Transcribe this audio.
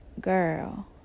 girl